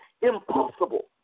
impossible